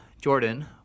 Jordan